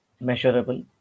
measurable